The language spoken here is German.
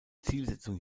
zielsetzung